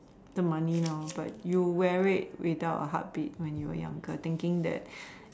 the money now but you wear it without a heartbeat when you're younger thinking that